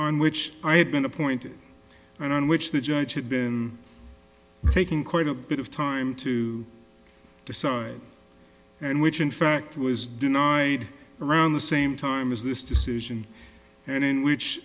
on which i had been appointed and on which the judge had been taking quite a bit of time to decide and which in fact was denied around the same time as this decision and in which